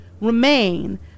remain